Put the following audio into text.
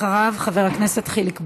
ואחריה, חבר הכנסת חיליק בר.